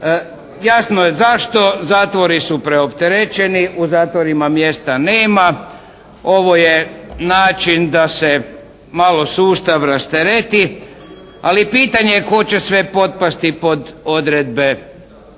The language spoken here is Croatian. Jasno je zašto. Zatvori su preopterećeni. U zatvorima mjesta nema. Ovo je način da se malo sustav rastereti, ali pitanje tko će sve potpasti pod odredbe